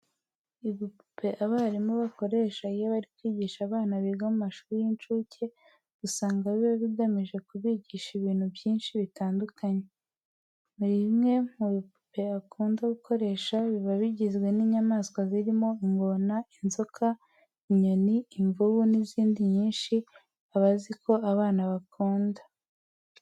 Ibipupe abarimu bakoresha iyo bari kwigisha abana biga mu mashuri y'incuke, usanga biba bigamije kubigisha ibintu byinshi bitandukanye. Bimwe mu bipupe akunda gukoresha biba bigizwe n'inyamaswa zirimo ingona, inzoka, inyoni, imvubu n'izindi nyinshi aba azi ko abana bakunda.